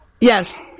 Yes